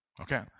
Okay